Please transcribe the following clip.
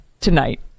tonight